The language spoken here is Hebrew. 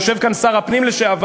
יושב כאן שר הפנים לשעבר,